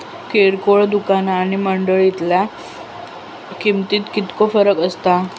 किरकोळ दुकाना आणि मंडळीतल्या किमतीत कितको फरक असता?